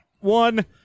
one